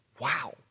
Wow